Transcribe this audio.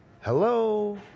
Hello